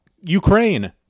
Ukraine